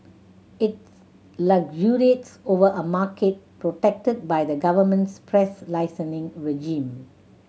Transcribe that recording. it luxuriates over a market protected by the government's press licensing regime